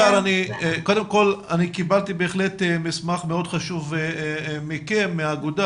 הגר קיבלתי בהחלט מסמך מאוד חשוב מכם מהאגודה,